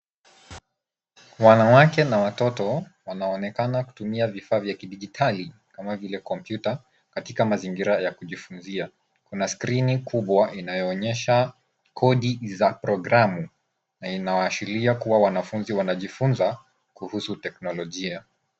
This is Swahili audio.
Wanawake na watoto wanaonekana wakitumia vifaa vya kidijitali katika mazingira ya kujifunzia. Kuna skrini kubwa inayoonyesha ikoni za programu na kuwashilia kuwa wanafunzi wanajifunza kuhusu teknolojia.